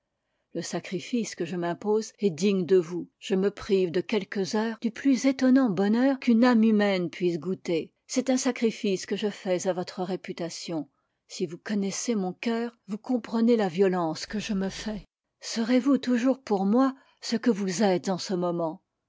le sacrifice que je m'impose est digne de vous je me prive de quelques heures du plus étonnant bonheur qu'une âme humaine puisse goûter c'est un sacrifice que je fais à votre réputation si vous connaissez mon coeur vous comprenez la violence que je me fais serez-vous toujours pour moi ce que vous êtes en ce moment